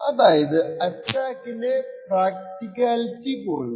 അതായത് അറ്റാക്കിന്റെ പ്രാക്റ്റിക്കാലിറ്റി കുറഞ്ഞു